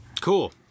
cool